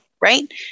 right